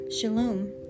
Shalom